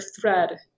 thread